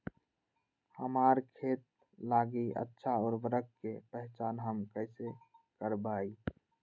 हमार खेत लागी अच्छा उर्वरक के पहचान हम कैसे करवाई?